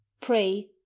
pray